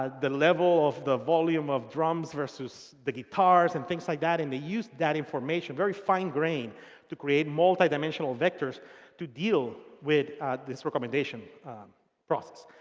ah the level of the volume of drums versus the guitars and things like that, and they use that information, very fine grain to create multidimensional vectors to deal with this recommendation process.